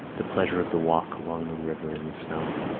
the pleasure of the walk along the river in the snow.